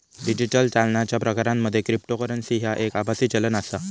digital चालनाच्या प्रकारांमध्ये cryptocurrency ह्या एक आभासी चलन आसा